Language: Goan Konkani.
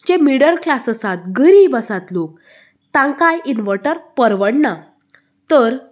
जें मिडल क्लास आसता गरीब आसता लोक तांकां इन्वर्टर परवडनां तर